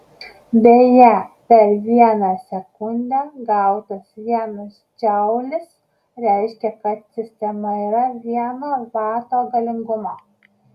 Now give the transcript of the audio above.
beje per vieną sekundę gautas vienas džaulis reiškia kad sistema yra vieno vato galingumo